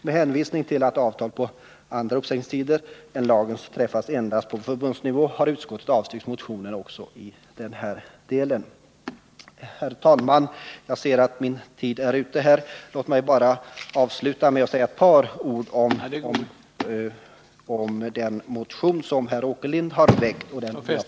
Med hänvisning till att avtal om andra uppsägningstider än lagens träffas endast på förbundsnivå har utskottet avstyrkt motionen även i denna del. Herr talman! Jag ser att min taletid snart är slut. Låt mig avsluta med att säga ett par ord om den motion som herr Åkerlind m.fl. har väckt.